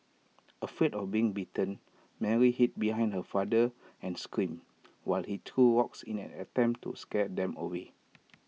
afraid of getting bitten Mary hid behind her father and screamed while he threw rocks in an attempt to scare them away